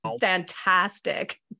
fantastic